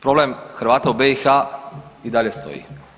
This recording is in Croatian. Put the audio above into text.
Problem Hrvata u BiH i dalje stoji.